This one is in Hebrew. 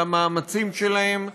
על המאמצים שלהם,